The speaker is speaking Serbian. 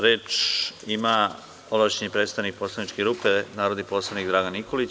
Reč ima ovlašćeni predstavnik poslaničke grupe, narodni poslanik, Dragan Nikolić.